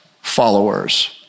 followers